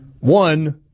One